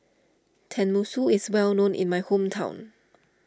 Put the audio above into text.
Tenmusu is well known in my hometown